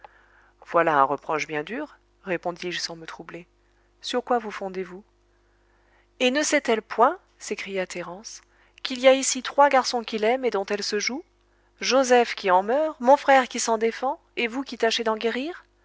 voilà un reproche bien dur répondis-je sans me troubler sur quoi vous fondez-vous et ne sait-elle point s'écria thérence qu'il y a ici trois garçons qui l'aiment et dont elle se joue joseph qui en meurt mon frère qui s'en défend et vous qui tâchez